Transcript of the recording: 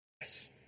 Yes